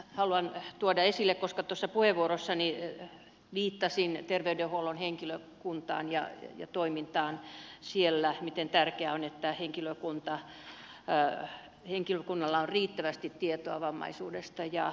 haluan tuoda tämän esille koska tuossa puheenvuorossani viittasin terveydenhuollon henkilökuntaan ja toimintaan siellä sekä siihen miten tärkeää on että henkilökunnalla on riittävästi tietoa vammaisuudesta ja hoidoista